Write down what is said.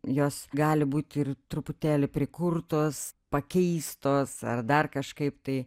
jos gali būti ir truputėlį prikurtos pakeistos ar dar kažkaip tai